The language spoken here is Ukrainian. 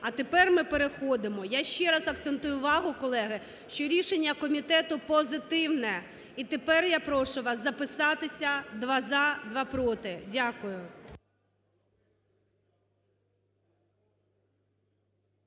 А тепер ми переходимо… Я ще раз акцентую увагу, колеги, що рішення комітету позитивне, і тепер я прошу вас записатися: два – за, два – проти. Дякую.